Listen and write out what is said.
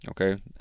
Okay